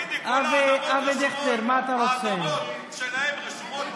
תגיד לי, האדמות שלהם רשומות בטאבו?